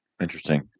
Interesting